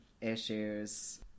issues